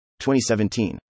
2017